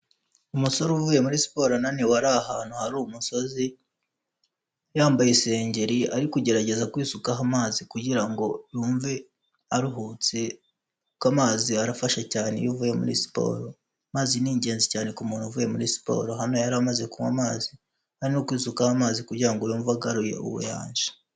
Umusore uvuye muri siporo ananiwa ari ahantu hari umusozi, yambaye isengeri ari ku gerageza kwisukaho amazi kugira ngo yumve aruhutse, kuko amazi arafasha cyane iyo uvuye muri siporo. Amazi n'ingenzi cyane k'umuntu uvuye muri siporo, hano yari amaze kunywa amazi ari n'ukwisukaho amazi kugira ngo yumve agaruye ubuyanja.